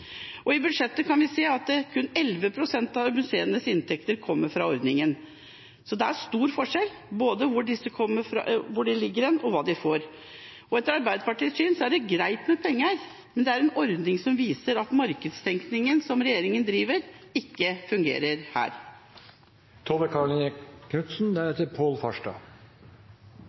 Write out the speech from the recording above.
I budsjettet kan vi se at kun 11 pst. av museenes inntekter kommer fra ordninga. Det er stor forskjell både med tanke på hvor de ligger, og hva de får. Etter Arbeiderpartiets syn er det greit med penger, men det er en ordning som viser at markedstenkninga som regjeringa driver med, ikke fungerer